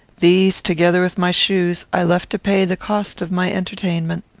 these, together with my shoes, i left to pay the cost of my entertainment.